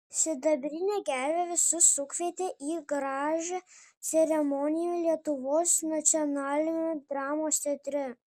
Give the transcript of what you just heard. sidabrinė gervė visus sukvietė į gražią ceremoniją lietuvos nacionaliniame dramos teatre